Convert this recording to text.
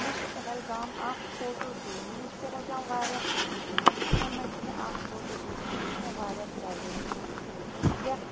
مے چھُ پہلگام اَکھ فوٹوٗ تُلمُت مے چھ پہلگام واریاہ فوٹوٗ تُلۍمٕتۍ تِمن منٛز چھ مے اَکھ فوٹو تُلمتۍ یُس مے واریاہ فیورِٹ چھ یَتھ